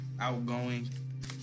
Outgoing